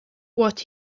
what